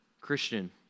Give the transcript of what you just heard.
Christian